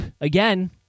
again